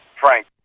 Frank